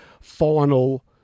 final